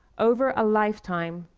over a lifetime,